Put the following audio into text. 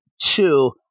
two